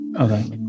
Okay